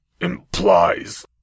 implies